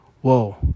whoa